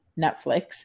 Netflix